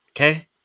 okay